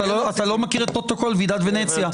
אתה לא מכיר את פרוטוקול ועידת ונציה.